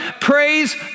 praise